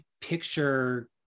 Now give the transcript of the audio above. picture